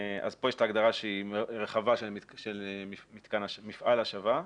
יש הגדרה רחבה של מפעל השבה.